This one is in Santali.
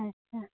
ᱟᱪᱪᱷᱟ